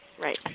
Right